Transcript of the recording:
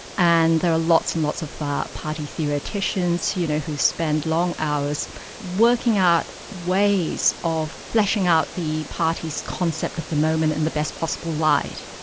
and there are lots and lots of party theoreticians you know who spend long hours working out ways of fleshing out the party's concept of the moment in the best possible light.